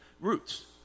roots